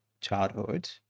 childhood